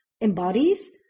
embodies